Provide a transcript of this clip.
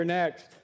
Next